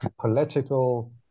political